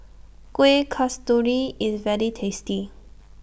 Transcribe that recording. Kueh Kasturi IS very tasty